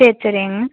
சரி சரிங்க